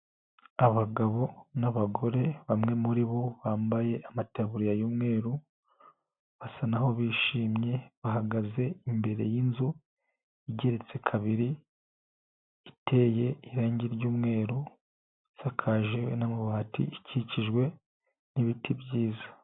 Abagabo n'abagore bamwe muri bo bambaye amataburiya y'umweru basa nkaho bishimye, bahagaze imbere y'inzu igeretse kabiri, iteye irangi ry'umweru, isakaje amabati, ikikijwe n'ibiti byiza.